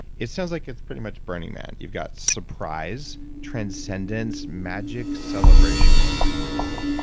it sounds like it's pretty much burning that. you've got surprise, transcendence magic celebration and renewal.